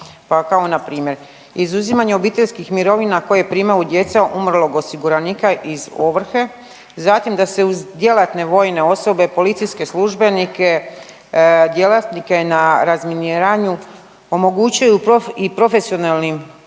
pa kao npr. izuzimanje obiteljskih mirovina koje primaju djeca umrlog osiguranika iz ovrhe, zatim da se uz djelatne vojne osobe, policijske službenike, djelatnike na razminiranju omogućuju i profesionalnim